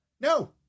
No